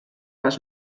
les